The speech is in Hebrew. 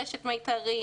רשת "מיתרים",